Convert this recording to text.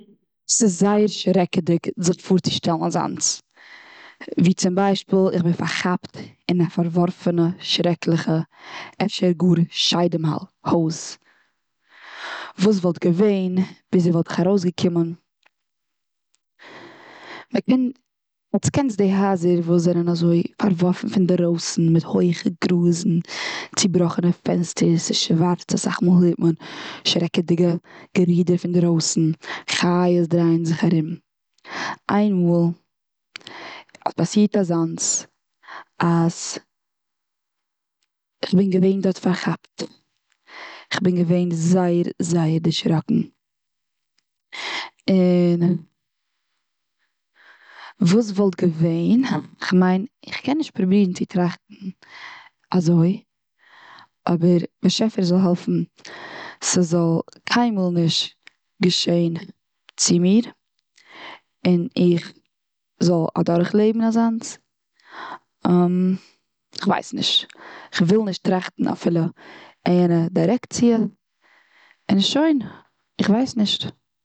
ס'איז זייער שרעקעדיג זיך פארצושטעלן אזאנץ. ווי צום ביישפיל: איך בין פארכאפט און א פארווארפענע, שרעקליכע, אפשר גאר שדים ה- הויז. וואס וואלט געווען? וויאזוי וואלט איך ארויס געקומען? מ'קען, עטס קענט'ס די הייזער וואס זענען אזוי פארווארפן פון אינדרויסן מיט הויעכע גראזן צובראכענע פענסטערס ס'איז שווארץ. אסאך מאל הערט מען שרעקעדיגע גערודער פון אינדרויסן חיות דרייען זיך ארום. איין מאל האט פאסירט אזוינס אז כ'בין געווען דארט פארכאפט. כ'בין געווען זייער, זייער דערשראקן. און, וואס וואלט געווען? כ'מיין איך קען נישט פרובירן צו טראכטן אזוי. אבער די באשעפער זאל העלפן ס'זאל קיינמאל נישט געשען צו מיר און איך זאל אדורך לעבן אזוינס. כ'ווייס נישט. כ'וויל נישט טראכטן אפילו און יענע דירעקציע. און שוין. איך ווייס נישט